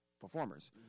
performers